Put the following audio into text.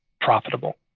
profitable